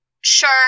sure